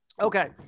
Okay